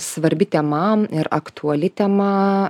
svarbi tema ir aktuali tema